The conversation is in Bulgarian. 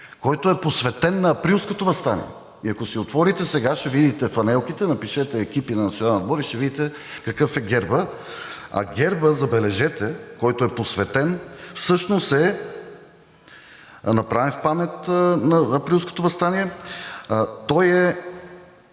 който е посветен на Априлското въстание. И ако си отворите сега, ще видите фланелките – напишете „екипи на националния отбор” и ще видите, какъв е гербът. А гербът, забележете, който е посветен, всъщност е направен в памет на Априлското въстание. Той е